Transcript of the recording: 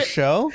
show